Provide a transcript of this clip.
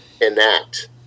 enact